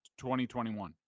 2021